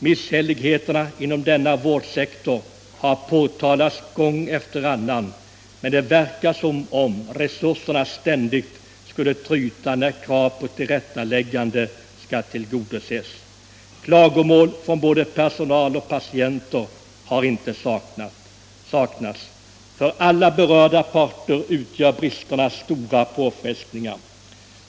Missförhållandena inom denna vårdsektor har påtalats gång efter annan, men det verkar som om resurserna ständigt skulle tryta när krav på förbättringar skall tillgodoses. Klagomål från både personal och patienter har inte saknats. För alla berörda parter medför bristerna stora påfrestningar.